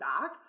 back